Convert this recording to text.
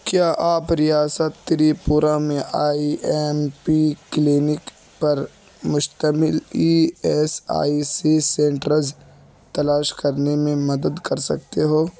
کیا آپ ریاست تری پورہ میں آئی این پی کلینک پر مشتمل E S I C centres تلاش کرنے میں مدد کر سکتے ہو